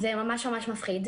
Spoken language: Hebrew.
זה ממש מפחיד.